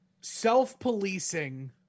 self-policing